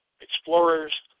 explorers